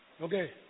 Okay